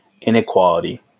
inequality